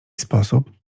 sposób